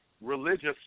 religious